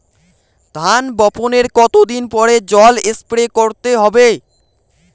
ধান বপনের কতদিন পরে জল স্প্রে করতে হবে?